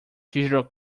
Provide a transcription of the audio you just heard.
digital